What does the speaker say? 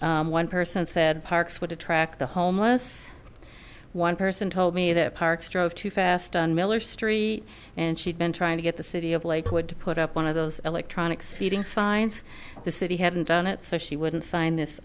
that one person said parks would attract the homeless one person told me that parks drove too fast on miller street and she'd been trying to get the city of lakewood to put up one of those electronic speeding signs the city hadn't done it so she wouldn't sign this